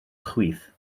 chwith